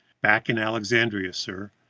back in alexandria, sir!